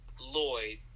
Lloyd